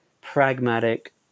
pragmatic